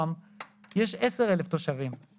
היא בדיקה שצריך לעשות אותה אחת